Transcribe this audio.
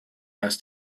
asked